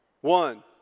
One